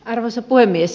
arvoisa puhemies